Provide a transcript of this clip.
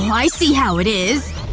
i see how it is!